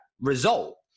result